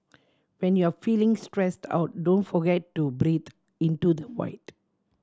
when you are feeling stressed out don't forget to breathe into the void